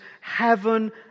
heaven